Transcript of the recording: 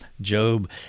Job